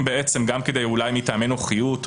גם בתיקים פחות חמורים,